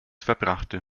verbrachte